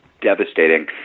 devastating